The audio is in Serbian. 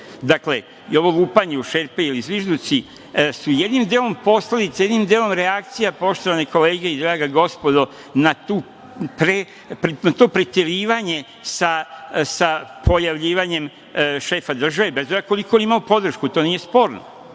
dakle i ovo lupanje u šerpe ili zvižduci su jednim delom postali, jednim delom reakcija, poštovane kolege i draga gospodo na to preterivanje sa pojavljivanjem šefa države, bez obzira koliko on imao podršku, to nije sporno,